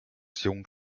jung